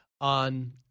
on